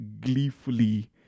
gleefully